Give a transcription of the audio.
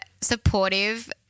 supportive